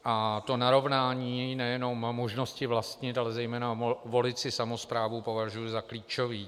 A to narovnání nejenom možnosti vlastnit, ale zejména volit si samosprávu považuji za klíčové.